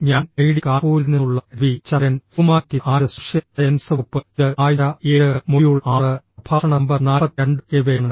ഞാൻ ഐഐടി കാൺപൂരിൽ നിന്നുള്ള Ravi Chandran humanities and social sciences വകുപ്പ് ഇത് ആഴ്ച 7 മൊഡ്യൂൾ 6 പ്രഭാഷണ നമ്പർ 42 എന്നിവയാണ്